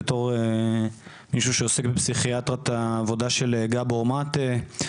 בתור מישהו שעוסק בפסיכיאטריית העבודה של גאבור מאטה,